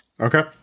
Okay